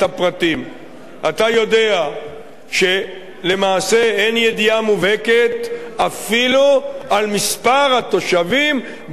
אתה יודע שלמעשה אין ידיעה מובהקת אפילו על מספר התושבים בכל ריכוז כזה.